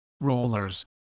rollers